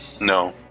No